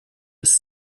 ist